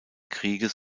krieges